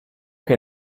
che